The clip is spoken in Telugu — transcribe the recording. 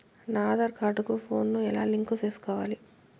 నా ఆధార్ కార్డు కు ఫోను ను ఎలా లింకు సేసుకోవాలి?